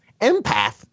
empath